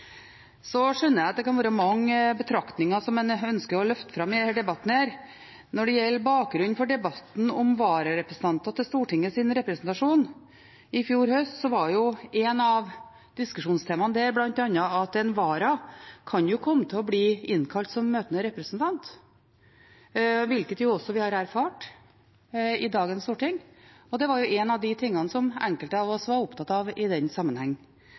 Så skjønner jeg at det kan være mange betraktninger som en ønsker å løfte fram i denne debatten. Når det gjelder bakgrunnen for debatten i fjor høst, om Stortingets vararepresentanters representasjon, var jo et av diskusjonstemaene der bl.a. at en vara kan komme til å bli innkalt som møtende representant, hvilket vi også har erfart i dagens storting, og det var noe av det enkelte av oss var opptatt av i den sammenheng.